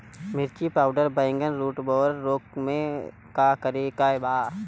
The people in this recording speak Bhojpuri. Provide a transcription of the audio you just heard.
मिर्च आउर बैगन रुटबोरर रोग में का करे के बा?